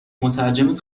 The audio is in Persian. مترجمت